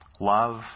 Love